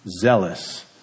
Zealous